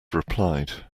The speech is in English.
replied